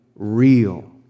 Real